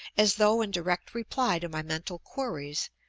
as though in direct reply to my mental queries,